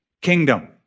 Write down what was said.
kingdom